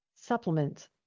supplement